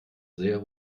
sehr